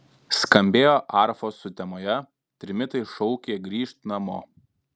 skambėjo arfos sutemoje trimitai šaukė grįžt namo